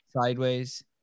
sideways